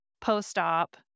post-op